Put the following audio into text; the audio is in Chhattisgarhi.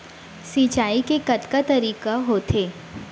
सिंचाई के कतका तरीक़ा होथे?